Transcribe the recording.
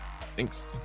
Thanks